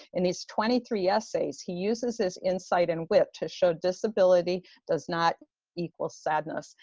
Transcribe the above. in these twenty three essays, he uses his insight and wit to show disability does not equal sadness,